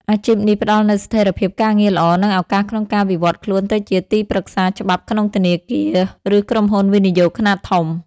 អាជីពនេះផ្តល់នូវស្ថិរភាពការងារល្អ និងឱកាសក្នុងការវិវត្តខ្លួនទៅជាទីប្រឹក្សាច្បាប់ក្នុងធនាគារ ឬក្រុមហ៊ុនវិនិយោគខ្នាតធំ។